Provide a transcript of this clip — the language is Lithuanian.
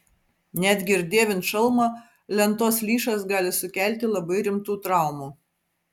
netgi ir dėvint šalmą lentos lyšas gali sukelti labai rimtų traumų